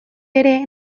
ere